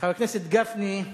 חבר הכנסת גפני,